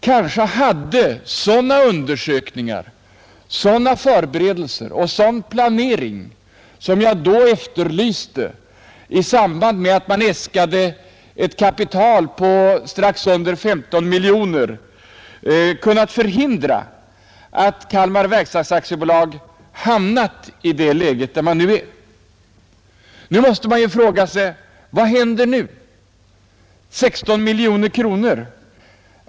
Kanske hade sådana undersökningar, sådana förberedelser och sådan planering, som jag då efterlyste i samband med att man äskade ett kapital på strax under 15 miljoner kronor, kunnat förhindra att Kalmar verkstads AB hamnat i det läge där det nu är. Man måste fråga sig vad som nu skall hända.